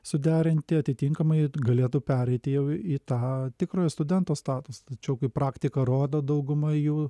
suderinti atitinkamai galėtų pereiti jau į tą tikrojo studento statusą tačiau kaip praktika rodo dauguma jų